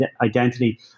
identity